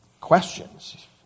questions